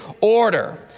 order